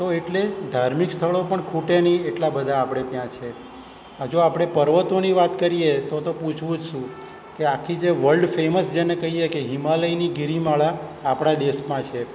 તો એટલે ધાર્મિક સ્થળો પણ ખૂટે નહીં એટલા બધા આપણે ત્યાં છે હજુ આપણે પર્વતોની વાત કરીએ તો તો પૂછવું જ શું કે આખી જે વર્લ્ડ ફેમસ જેને કઈએ કે હિમાલયની ગિરિમાળા આપણા દેશમાં છે